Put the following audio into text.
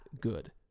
good